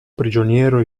prigioniero